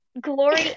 Glory